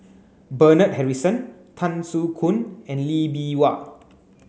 Bernard Harrison Tan Soo Khoon and Lee Bee Wah